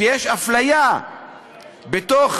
שיש אפליה בתוך